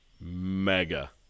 mega